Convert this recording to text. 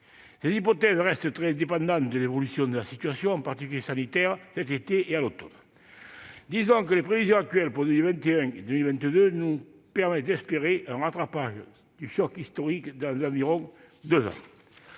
Ces hypothèses restent très dépendantes de l'évolution de la situation, en particulier sanitaire, cet été et à l'automne ... Disons que les prévisions actuelles pour 2021 et 2022 nous permettent d'espérer un rattrapage du choc historique dans environ deux ans.